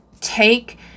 take